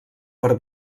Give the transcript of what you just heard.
per